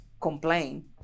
complain